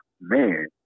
Man